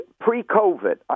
Pre-COVID